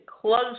close